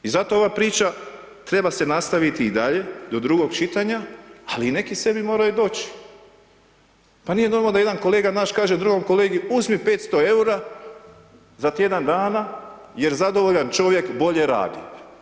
I zato ova priča treba se nastaviti i dalje do drugog čitanja, ali i neki sebi moraju doći, pa nije normalno da jedan kolega naš kaže drugom kolegi uzmi 500 EUR-a za tjedan dana jer zadovoljan čovjek bolje radi.